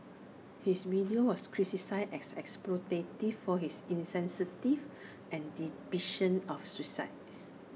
his video was criticised as exploitative for his insensitive and depiction of suicide